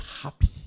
happy